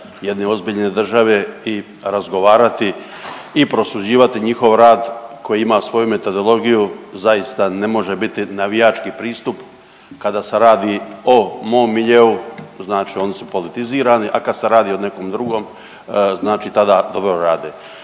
jedne ozbiljne države i razgovarati i prosuđivati njihov rad koji ima svoju metodologiju zaista ne može biti navijački pristup kada se radi o mom miljeu, znači oni su politizirani, a kada se radi o nekom drugom, znači tada dobro rade.